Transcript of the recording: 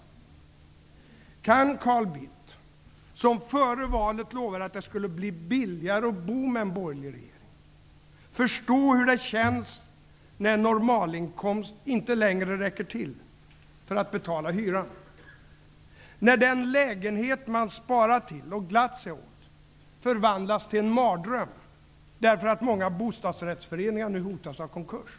Kan Carl Bildt, som före valet lovade att det med en borgerlig regering skulle bli billigare att bo, förstå hur det känns när en normalinkomst inte längre räcker till för att betala hyran eller när den lägenhet som man har sparat till och glatt sig åt förvandlas till en mardröm, därför att många bostadsrättsföreningar nu hotas av konkurs?